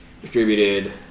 distributed